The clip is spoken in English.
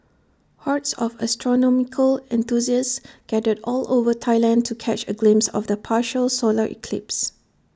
hordes of astronomical enthusiasts gathered all over Thailand to catch A glimpse of the partial solar eclipse